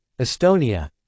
Estonia